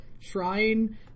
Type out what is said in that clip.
shrine